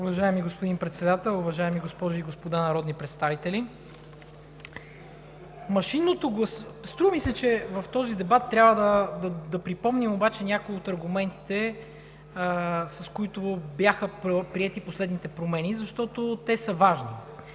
Уважаеми господин Председател, уважаеми госпожи и господа народни представители! Струва ми се, че в този дебат трябва да припомним някои от аргументите, с които бяха приети последните промени, защото те са важни.